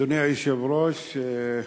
אדוני היושב-ראש,